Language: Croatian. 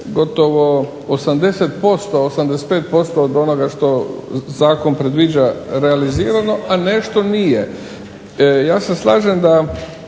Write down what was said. gotovo 80%, 85% od onoga što zakon predviđa realizirano a nešto nije. Ja se slažem da